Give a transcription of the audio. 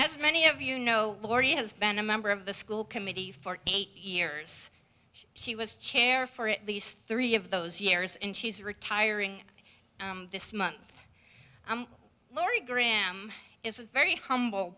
as many of you know laurie has been a member of the school committee for eight years she was chair for at least three of those years and she's retiring this month i'm lori graham is a very humble